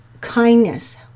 kindness